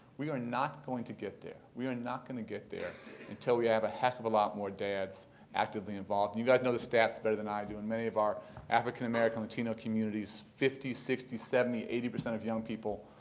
we are not going to get there, we are not going to get there until we have a heck of a lot more dads actively involved. and you guys know the stats better than i do. in many of our african american, latino communities, fifty, sixty, seventy, eighty percent of young people,